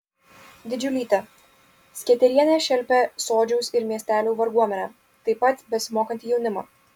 didžiulytė sketerienė šelpė sodžiaus ir miestelių varguomenę taip pat besimokantį jaunimą